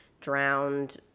drowned